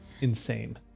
insane